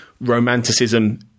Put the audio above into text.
romanticism